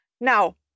Now